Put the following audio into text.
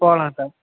போகலாம் சார்